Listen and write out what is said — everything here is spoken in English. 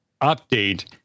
update